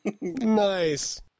Nice